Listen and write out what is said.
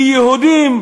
כי יהודי,